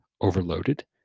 overloaded